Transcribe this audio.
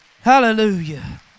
Hallelujah